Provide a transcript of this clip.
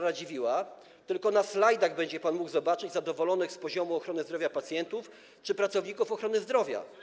Radziwiłła i tylko na slajdach będzie mógł pan zobaczyć zadowolonych z poziomu ochrony zdrowia pacjentów czy pracowników ochrony zdrowia.